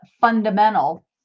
fundamental